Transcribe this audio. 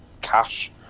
cash